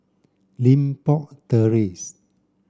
Limbok Terrace